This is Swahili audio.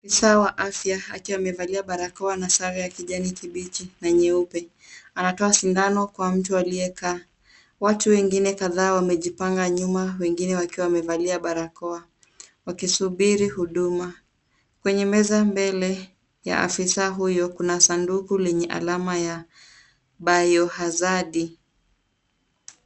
Afisa wa afya amevaa barakoa na sare ya kijani kibichi na nyeupe. Anampa mtu aliyekaa sindano. Watu wengine kazini wamesimama nyuma, baadhi yao wakiwa wamevaa barakoa, wakisubiri huduma. Kwenye meza iliyo mbele ya afisa huyo, kuna sanduku lenye alama ya Biohazard ,